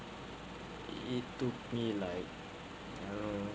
it took me like I don't know